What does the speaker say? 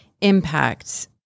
impact